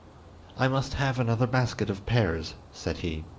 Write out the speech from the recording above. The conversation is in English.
i must have another basket of pears said he.